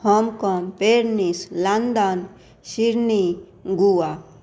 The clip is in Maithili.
Hong Kong Paris London Sydney Goa